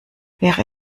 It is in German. wäre